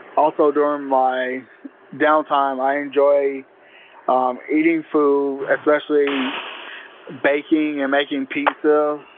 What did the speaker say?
also, during my downtime i enjoy um eating food, especially baking and making pizza.